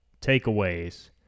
takeaways